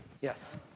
yes